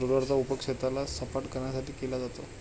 रोलरचा उपयोग शेताला सपाटकरण्यासाठी केला जातो